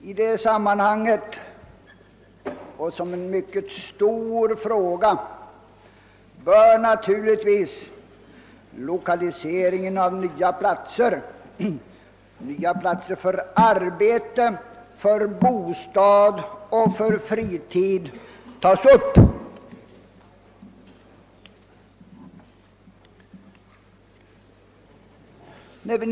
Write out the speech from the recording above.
I det sammanhanget bör lokaliseringen av nya platser för arbete, bostad och fritid tas upp. Detta är en mycket stor fråga.